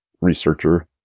researcher